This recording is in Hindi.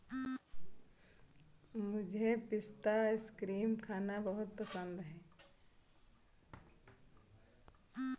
मुझे पिस्ता आइसक्रीम खाना बहुत पसंद है